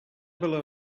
below